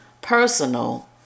personal